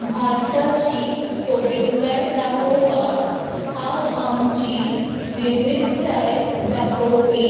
भारताची सोबीतकाय दाखोवपाक हांव आमची विविधताय दाखोवपी